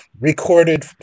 Recorded